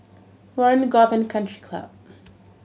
Warren Golf and Country Club